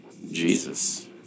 Jesus